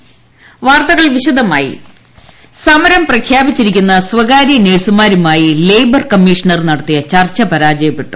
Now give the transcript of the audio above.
nurses സമരം സമരം പ്രഖ്യാപിച്ചിരിക്കുന്ന സ്വകാര്യ നഴ്സുമാരുമായി ലേ ബർ കമ്മീഷണർ നടത്തിയ ചർച്ച പരാജയപ്പെട്ടു